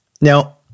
Now